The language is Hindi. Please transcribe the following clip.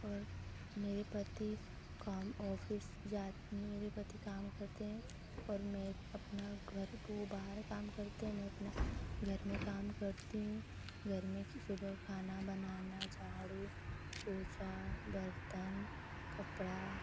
और मेरे पति काम ऑफ़िस जा मेरे पति काम करते हैं और मैं अपना घर बो बाहर काम करते हैं मैं अपना घर में काम करती हूँ घर में कि सुबह खाना बनाना झाड़ू पोछा बर्तन कपड़ा